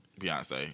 Beyonce